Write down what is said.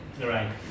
Right